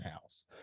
house